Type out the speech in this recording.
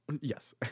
Yes